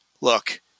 look